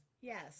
Yes